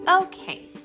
Okay